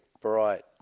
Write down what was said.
bright